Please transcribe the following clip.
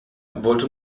wollte